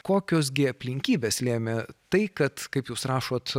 kokios gi aplinkybės lėmė tai kad kaip jūs rašot